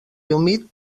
humit